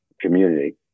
community